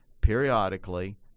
periodically